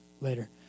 later